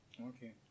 Okay